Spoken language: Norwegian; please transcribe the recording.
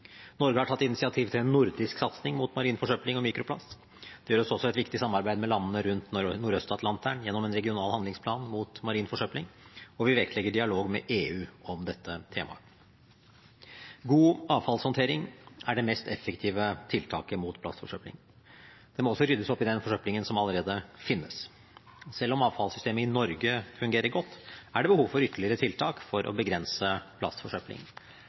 Norge har tatt initiativ til en nordisk satsing mot marin forsøpling av mikroplast. Det foregår også et viktig samarbeid med landene rundt Nordøst-Atlanteren gjennom en regional handlingsplan mot marin forsøpling. Og vi vektlegger dialog med EU om dette temaet. God avfallshåndtering er det mest effektive tiltaket mot plastforsøpling. Det må også ryddes opp i den forsøplingen som allerede finnes. Selv om avfallssystemet i Norge fungerer godt, er det behov for ytterligere tiltak for å begrense